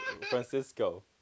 Francisco